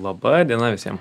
laba diena visiem